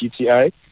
GTI